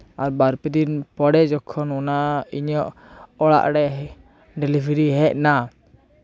ᱟᱨ ᱵᱟᱨᱯᱮ ᱫᱤᱱ ᱯᱚᱨᱮ ᱡᱚᱠᱷᱚᱱ ᱚᱱᱟ ᱤᱧᱟᱹᱜ ᱚᱲᱟᱜᱨᱮ ᱰᱮᱞᱤᱵᱷᱟᱨᱤ ᱦᱮᱡ ᱮᱱᱟ